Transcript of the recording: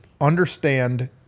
understand